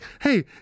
hey